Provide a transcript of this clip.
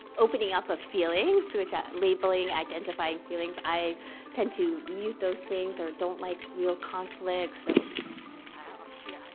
opening up of feelings, which ah labeling, identifying feelings. i tend to mute those things or don't like real conflict, so i'll steer off